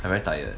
I very tired